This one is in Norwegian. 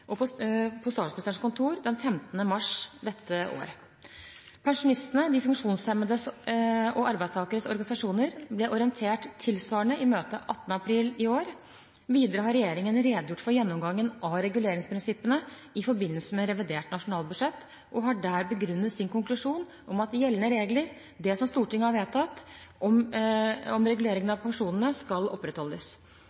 på Statsministerens kontor den 15. mars dette året. Pensjonistenes, de funksjonshemmedes og arbeidstakernes organisasjoner ble orientert tilsvarende i møtet 18. april i år. Videre har regjeringen redegjort for gjennomgangen av reguleringsprinsippene i forbindelse med revidert nasjonalbudsjett og har der begrunnet sin konklusjon om at gjeldende regler – det som Stortinget har vedtatt om reguleringen